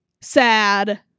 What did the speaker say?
sad